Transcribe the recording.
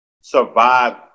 survive